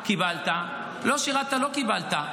קיבלת, לא שירת, לא קיבלת.